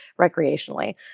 recreationally